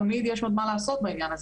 תמיד יש עוד מה לעשות בעניין הזה.